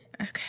Okay